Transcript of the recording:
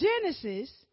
Genesis